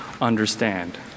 understand